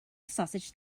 sausage